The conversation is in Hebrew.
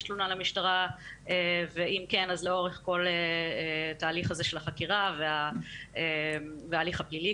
תלונה למשטרה ואם כן אז לאורך כל התהליך הזה של החקירה וההליך הפלילי